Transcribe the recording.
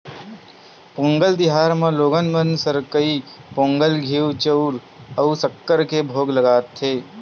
पोंगल तिहार म लोगन मन सकरई पोंगल, घींव, चउर अउ सक्कर के भोग लगाथे